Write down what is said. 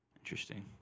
Interesting